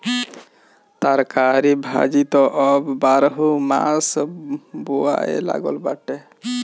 तरकारी भाजी त अब बारहोमास बोआए लागल बाटे